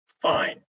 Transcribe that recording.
fine